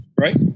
Right